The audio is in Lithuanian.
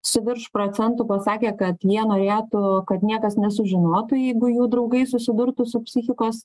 su virš procentų pasakė kad jie norėtų kad niekas nesužinotų jeigu jų draugai susidurtų su psichikos